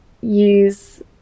use